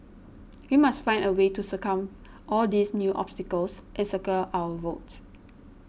we must find a way to circumvent all these new obstacles and secure our votes